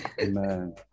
Amen